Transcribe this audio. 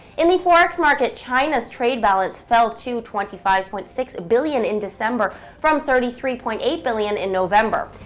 in the forex markets china's trade balance fell to twenty five point six billion in december from thirty three point eight billion in november.